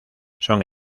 son